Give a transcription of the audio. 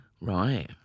Right